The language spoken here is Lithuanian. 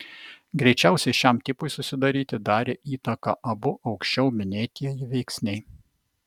greičiausiai šiam tipui susidaryti darė įtaką abu aukščiau minėtieji veiksniai